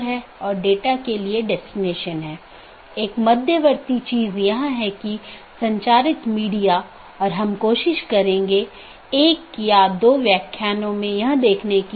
उदाहरण के लिए एक BGP डिवाइस को इस प्रकार कॉन्फ़िगर किया जा सकता है कि एक मल्टी होम एक पारगमन अधिकार के रूप में कार्य करने से इनकार कर सके